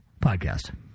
podcast